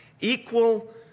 Equal